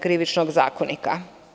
Krivičnog zakonika.